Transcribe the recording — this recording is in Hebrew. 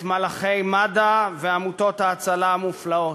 את מלאכי מד"א ועמותות ההצלה המופלאות.